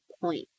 point